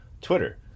Twitter